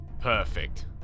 Perfect